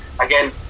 again